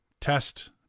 test